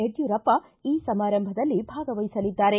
ಯಡ್ಕೂರಪ್ಪ ಈ ಸಮಾರಂಭದಲ್ಲಿ ಭಾಗವಹಿಸಲಿದ್ದಾರೆ